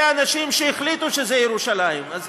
אלה האנשים שהחליטו שזה ירושלים, נכון.